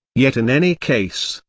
yet in any case,